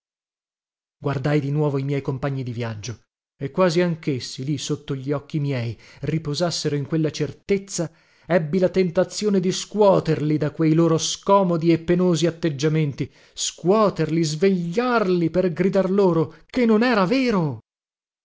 guardai di nuovo i miei compagni di viaggio e quasi anchessi lì sotto gli occhi miei riposassero in quella certezza ebbi la tentazione di scuoterli da quei loro scomodi e penosi atteggiamenti scuoterli svegliarli per gridar loro che non era vero